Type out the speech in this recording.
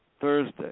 Thursday